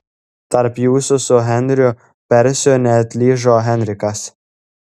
tarp jūsų su henriu persiu neatlyžo henrikas